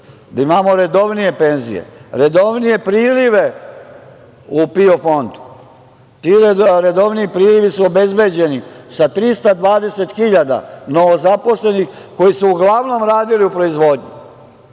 da imamo redovnije penzije i redovnije prilive u PIO fondu. Ti redovniji prilivi su obezbeđeni sa 320 hiljada novo zaposlenih koji su uglavnom radili u proizvodnji,